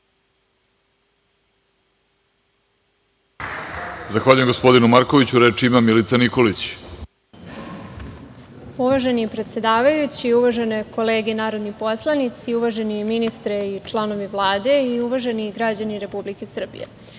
Zahvaljujem. Reč ima Milica Nikolić. **Milica Nikolić** Uvaženi predsedavajući, uvažene kolege narodni poslanici, uvaženi ministre i članovi Vlade i uvaženi građani Republike Srbije,